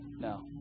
No